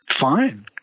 fine